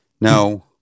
No